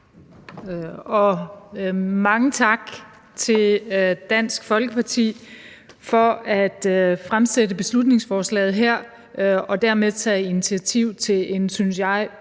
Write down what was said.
og mange tak til Dansk Folkeparti for at fremsætte beslutningsforslaget her og dermed tage initiativ til en, synes jeg,